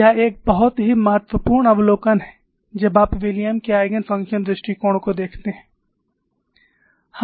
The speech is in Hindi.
यह एक बहुत ही महत्वपूर्ण अवलोकन है जब आप विलियम के आइगेन फ़ंक्शन दृष्टिकोण को देखते हैं